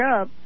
up